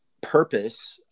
purpose